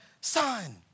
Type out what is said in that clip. son